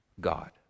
God